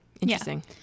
interesting